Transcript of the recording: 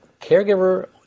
caregiver